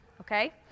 okay